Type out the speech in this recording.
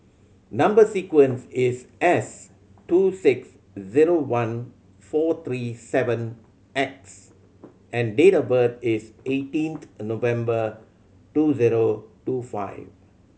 number sequence is S two six zero one four three seven X and date of birth is eighteenth November two zero two five